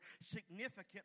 significant